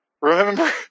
remember